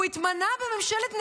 הוא התמנה בממשלת נתניהו,